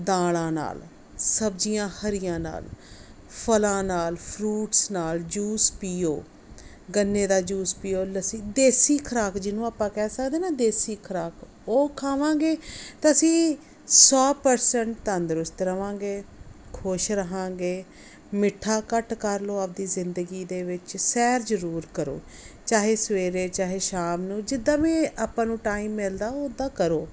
ਦਾਲਾਂ ਨਾਲ ਸਬਜ਼ੀਆਂ ਹਰੀਆਂ ਨਾਲ ਫਲਾਂ ਨਾਲ ਫਰੂਟਸ ਨਾਲ ਜੂਸ ਪੀਓ ਗੰਨੇ ਦਾ ਜੂਸ ਪੀਓ ਲੱਸੀ ਦੇਸੀ ਖੁਰਾਕ ਜਿਹਨੂੰ ਆਪਾਂ ਕਹਿ ਸਕਦੇ ਨਾ ਦੇਸੀ ਖੁਰਾਕ ਉਹ ਖਾਵਾਂਗੇ ਤਾਂ ਅਸੀਂ ਸੌ ਪਰਸੈਂਟ ਤੰਦਰੁਸਤ ਰਹਾਂਗੇ ਖੁਸ਼ ਰਹਾਂਗੇ ਮਿੱਠਾ ਘੱਟ ਕਰ ਲਓ ਆਪਦੀ ਜ਼ਿੰਦਗੀ ਦੇ ਵਿੱਚ ਸੈਰ ਜ਼ਰੂਰ ਕਰੋ ਚਾਹੇ ਸਵੇਰੇ ਚਾਹੇ ਸ਼ਾਮ ਨੂੰ ਜਿੱਦਾਂ ਵੀ ਆਪਾਂ ਨੂੰ ਟਾਈਮ ਮਿਲਦਾ ਉਦਾਂ ਕਰੋ